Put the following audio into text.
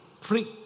free